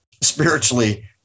spiritually